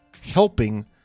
helping